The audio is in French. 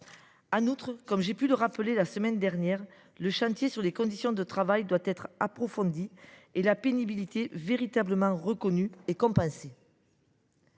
En outre, comme j’ai eu l’occasion de le rappeler la semaine dernière, le chantier ouvert sur les conditions de travail doit être approfondi et la pénibilité véritablement reconnue et compensée.